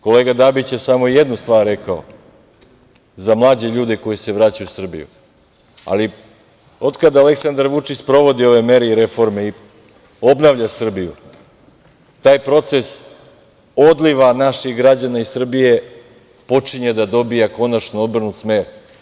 Kolega Dabić je samo jednu stvar rekao za mlađe ljude koji se vraćaju u Srbiju, ali od kada Aleksandar Vučić sprovodi ove mere i reforme i obnavlja Srbiju, taj proces odliva naših građana iz Srbije počinje da dobija konačno obrnut smer.